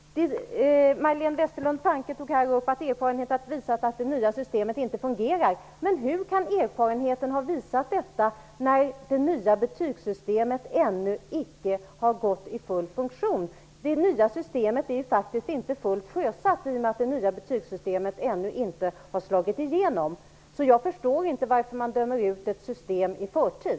Majléne Westerlund Panke tog här upp att erfarenheten har visat att det nya betygssystemet inte fungerar. Men hur kan erfarenheten ha visat detta när det nya betygssystemet ännu icke är i full funktion? Det nya systemet är ju faktiskt inte helt sjösatt i och med att det nya betygssystemet ännu inte har slagit igenom. Därför förstår jag inte varför man dömer ut ett system i förtid.